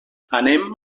anem